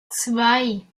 zwei